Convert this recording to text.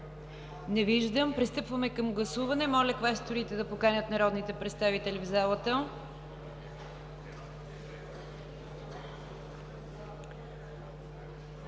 Не виждам Пристъпваме към гласуване – моля, квесторите да поканят народните представители в залата.